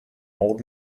old